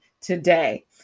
today